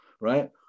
Right